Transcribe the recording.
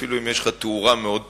אפילו אם יש לך תאורה מאוד טובה.